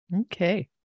Okay